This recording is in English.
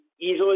easily